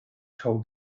told